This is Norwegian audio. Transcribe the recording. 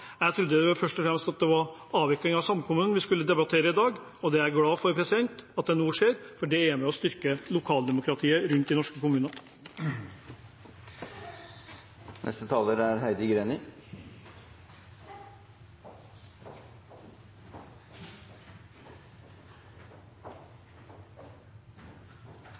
først og fremst at det var avviklingen av samkommunen vi skulle debattere i dag, og jeg er glad for at det nå skjer, for det er med og styrker lokaldemokratiet rundt i norske kommuner. Siste taler